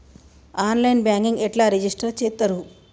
On line banking ఎట్లా register చేత్తరు?